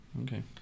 Okay